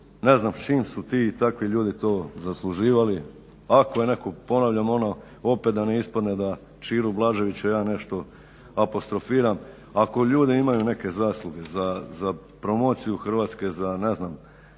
ne znam s čim su ti i takvi ljudi to zasluživali. Ako je netko, ponavljam ono opet da ne ispadne da Čiru Blaževića ja nešto apostrofiram, ako ljudi imaju neke zasluge za promociju Hrvatske, za ne znam